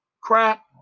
crap